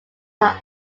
are